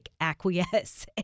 acquiesce